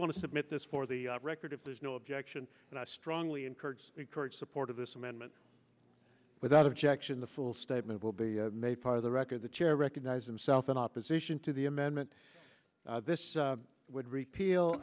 want to submit this for the record if there's no objection and i strongly encourage encourage support of this amendment without objection the full statement will be made part of the record the chair recognizes him south in opposition to the amendment this would repeal